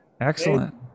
Excellent